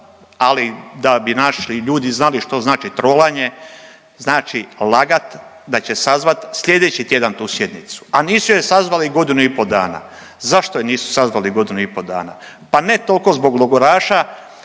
ali da bi naši ljudi znali što znači trolanje, znači lagat da se sazvat sljedeći tjedan tu sjednicu, a nisu je sazvali godinu i po dana. Zašto je nisu sazvali godinu i po dana? Pa ne tolko zbog logoraša,